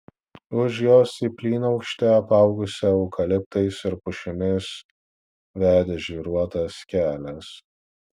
už jos į plynaukštę apaugusią eukaliptais ir pušimis vedė žvyruotas kelias